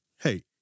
hey